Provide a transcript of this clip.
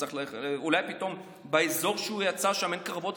אולי פתאום באזור שהוא יצא ממנו אין קרבות,